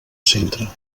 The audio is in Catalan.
centre